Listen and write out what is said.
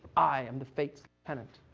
i am the fate's lieutenant.